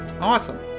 Awesome